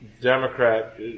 Democrat